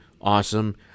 Awesome